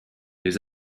les